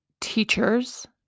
teachers